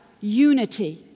unity